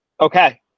okay